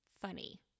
funny